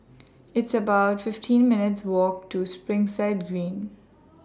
It's about fifteen minutes' Walk to Springside Green